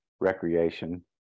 recreation